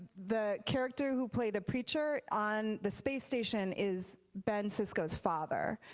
the character who played the preacher on the space station is ben cisco's father.